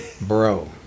bro